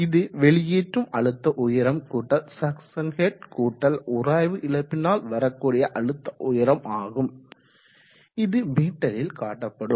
இது வெளியேற்றும் அழுத்த உயரம் கூட்டல் சக்சன் ஹெட் கூட்டல் உராய்வு இழப்பினால் வரக்கூடிய அழுத்த உயரம் ஆகும் இது மீட்டரில் காட்டப்படும்